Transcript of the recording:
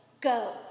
go